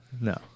No